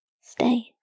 Stay